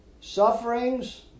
sufferings